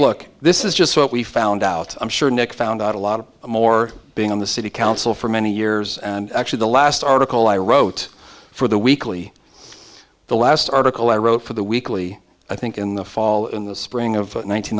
look this is just what we found out i'm sure nick found out a lot more being on the city council for many years and actually the last article i wrote for the weekly the last article i wrote for the weekly i think in the fall in the spring of